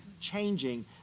changing